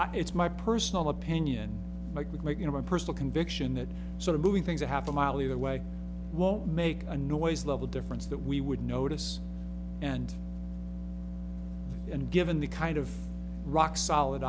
it's my personal opinion i could make you know my personal conviction that sort of moving things a half a mile either way won't make a noise level difference that we would notice and and given the kind of rock solid